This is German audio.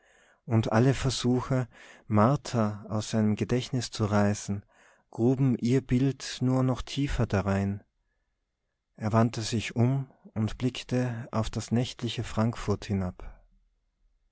und alle versuche martha aus seinem gedächtnis zu reißen gruben ihr bild nur noch tiefer darein er wandte sich um und blickte auf das nächtliche frankfurt hinab